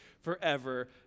forever